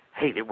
hey